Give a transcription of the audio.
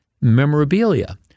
memorabilia